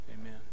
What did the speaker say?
Amen